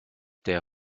der